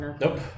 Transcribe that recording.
Nope